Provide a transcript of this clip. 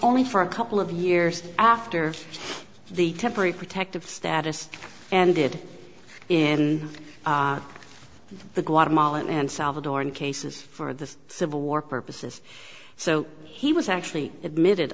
only for a couple of years after the temporary protective status and did in the guatemalan and salvadoran cases for the civil war purposes so he was actually admitted